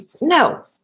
No